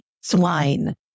swine